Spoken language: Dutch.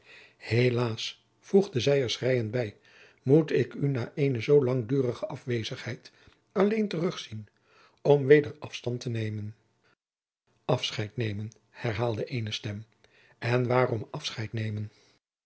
helaas voegde zij er schreiend bij moet ik u na eene zoo langdurige afwezigheid alleen terugzien om weder afscheid te nemen afscheid nemen herhaalde eene stem en waarom afscheid nemen